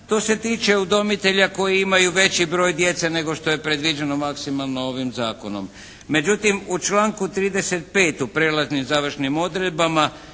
To se tiče udomitelja koji imaju veći broj djece nego što je predviđeno maksimalno ovim Zakonom. Međutim u članku 35. u prijelaznim i završnim odredbama